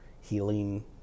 healing